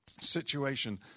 situation